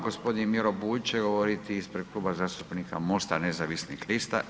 Gospodin Miro Bulj će govoriti ispred Kluba zastupnika Mosta nezavisnih lista.